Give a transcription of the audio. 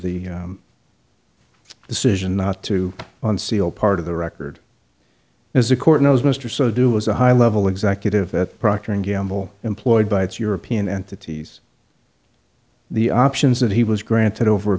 the decision not to on seal part of the record as the court knows mr so do as a high level executive at procter and gamble employed by its european entities the options that he was granted over a